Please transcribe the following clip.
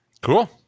cool